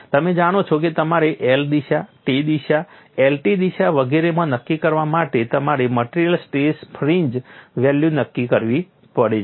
તમે જાણો છો કે તમારે L દિશા T દિશા LT દિશા વગેરેમાં નક્કી કરવા માટે તમારે મટિરિયલ સ્ટ્રેસ ફ્રિન્જ વેલ્યુ નક્કી કરવી પડે છે